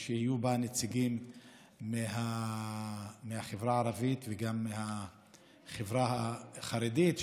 ושיהיו בה נציגים מהחברה הערבית וגם מהחברה החרדית.